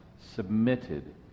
submitted